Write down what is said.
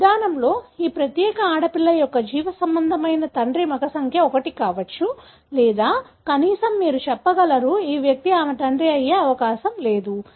ఈ విధానంతో ఈ ప్రత్యేక ఆడపిల్ల యొక్క జీవసంబంధమైన తండ్రి మగ సంఖ్య 1 కావచ్చు లేదా కనీసం మీరు చెప్పగలరు ఈ వ్యక్తి ఆమె తండ్రి అయ్యే అవకాశం లేదు